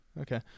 Okay